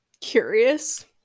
curious